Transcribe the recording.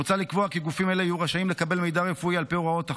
מוצע לקבוע כי גופים אלו יהיו רשאים לקבל מידע רפואי על פי הוראות החוק,